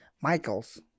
Michaels